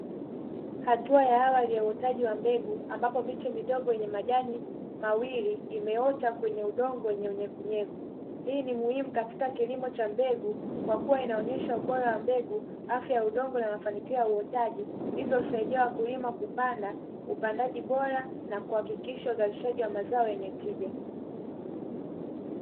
Hatua ya awali ya uotaji wa mbegu ambapo miche midogo yenye majani mawili imeota kwenye udongo wenye unyevnyevu hii ni muhimu katika kilimo cha mbegu, kwa kuwa inaonyesha ubora wa mbegu afya udongo na mafanikio ya uotaji hivyo husaidia wakulima kupanda upandaji bora na kuhakikisha uzalishaji wa mazao yenye tija.